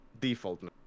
default